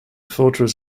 fortress